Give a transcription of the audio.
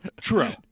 true